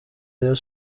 rayon